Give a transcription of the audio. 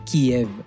Kiev